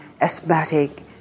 asthmatic